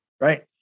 right